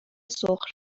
سرخ